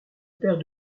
père